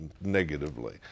negatively